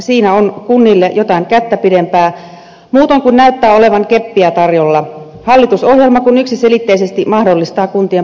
siinä on kunnille jotain kättä pidempää muutoin kun näyttää olevan keppiä tarjolla hallitusohjelma kun yksiselitteisesti mahdollistaa kuntien pakkoliitokset